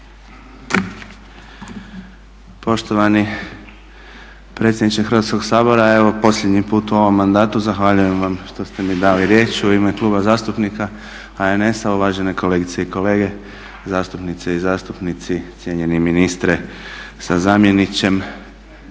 Poštovani predsjedniče Hrvatskog sabora evo posljednji put u ovom mandatu zahvaljujem vam što ste mi dali riječ u ime Kluba zastupnika HNS-a. Uvažene kolegice i kolege zastupnice i zastupnici, cijenjeni ministre sa zamjenikom